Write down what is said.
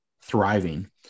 thriving